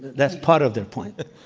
that's part of their point.